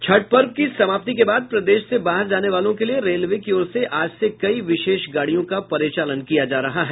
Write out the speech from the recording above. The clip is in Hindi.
छठ पर्व की समाप्ति के बाद प्रदेश से बाहर जाने वालों के लिए रेलवे की ओर से आज से कई विशेष गाड़ियों का परिचालन किया जा रहा है